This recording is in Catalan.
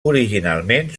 originalment